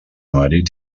marit